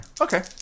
Okay